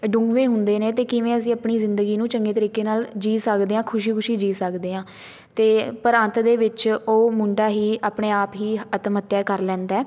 ਡੂੰਘੇ ਹੁੰਦੇ ਨੇ ਅਤੇ ਕਿਵੇਂ ਅਸੀਂ ਆਪਣੀ ਜ਼ਿੰਦਗੀ ਨੂੰ ਚੰਗੇ ਤਰੀਕੇ ਨਾਲ ਜੀ ਸਕਦੇ ਹਾਂ ਖੁਸ਼ੀ ਖੁਸ਼ੀ ਜੀ ਸਕਦੇ ਹਾਂ ਅਤੇ ਪਰ ਅੰਤ ਦੇ ਵਿੱਚ ਉਹ ਮੁੰਡਾ ਹੀ ਆਪਣੇ ਆਪ ਹੀ ਆਤਮ ਹੱਤਿਆ ਕਰ ਲੈਂਦਾ